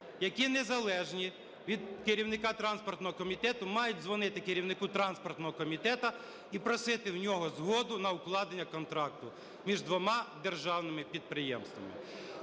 які незалежні від керівника транспортного комітету, мають дзвонити керівнику транспортного комітету і просити в нього згоду на укладення контракту між двома державними підприємствами.